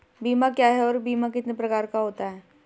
बीमा क्या है और बीमा कितने प्रकार का होता है?